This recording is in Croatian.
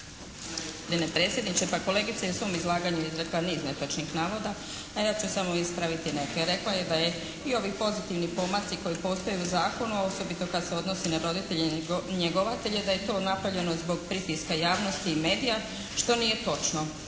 predsjedniče pa kolegica je u svom izlaganju izrekla niz netočnih navoda. A ja ću samo ispraviti neke. Rekla je da je i ovi pozitivni pomaci koji postoje u zakonu, a osobito kad se odnosi na roditelje njegovatelje da je to napravljeno zbog pritiska javnosti i medija što nije točno.